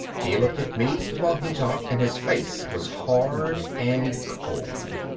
he looked at me while he talked and his face was hard and cold.